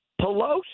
Pelosi